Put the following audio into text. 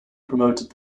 promoted